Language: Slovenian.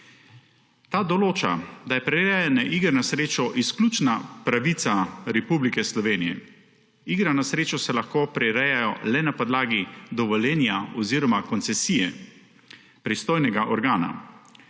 Ta določa, da je prirejanje iger na srečo izključna pravica Republike Slovenije. Igre na srečo se lahko prirejajo le na podlagi dovoljenja oziroma koncesije pristojnega organa.